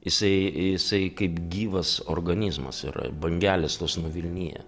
jisai jisai kaip gyvas organizmas yra bangelės tos nuvilnija